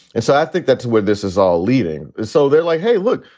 and so i think that's where this is all leading. so they're like, hey, look,